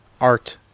Art